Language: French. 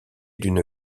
d’une